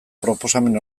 proposamen